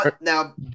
now